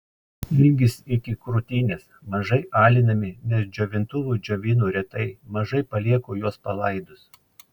ilgis iki krūtinės mažai alinami nes džiovintuvu džiovinu retai mažai palieku juos palaidus